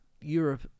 Europe